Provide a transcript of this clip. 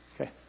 Okay